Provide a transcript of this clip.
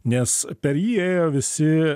nes per jį ėjo visi